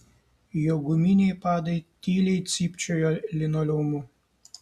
jo guminiai padai tyliai cypčiojo linoleumu